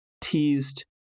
teased